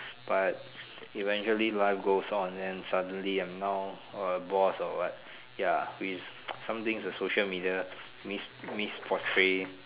but eventually life goes on and suddenly I'm now a boss or what ya which somethings social media mis mis portray